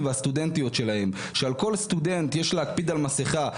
והסטודנטיות שלהם שעל כל סטודנט יש להפקיד על מסכה,